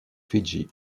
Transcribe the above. fidji